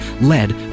lead